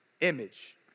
image